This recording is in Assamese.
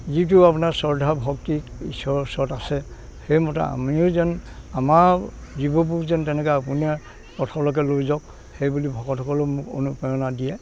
যিটো আপোনাৰ শ্ৰদ্ধা ভক্তি ইশ্বৰৰ ওচৰত আছে সেইমতে আমিও যেন আমাৰ জীৱবোৰ যেন তেনেকৈ আপোনাৰ পথলৈকে লৈ যাওক সেইবুলি ভকতসকলেও মোক অনুপ্ৰেৰণা দিয়ে